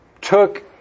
took